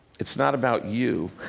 it's not about you,